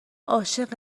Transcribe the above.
عاشق